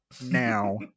now